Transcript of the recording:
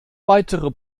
weitere